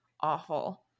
awful